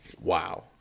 wow